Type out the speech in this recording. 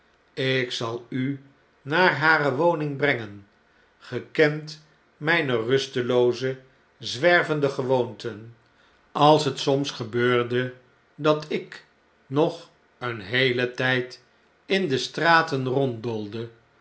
ik zal u naar hare woning brengen ge kent mjjne rustelooze zwervende gewoonten als het soms gebeurde dat ik nog een heelentjjd in de straten